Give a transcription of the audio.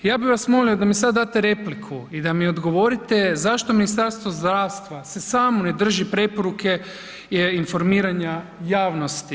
Ja bi vas molio da mi sad date repliku i da mi odgovorite zašto Ministarstvo zdravstva se samo ne drži preporuke informiranja javnosti?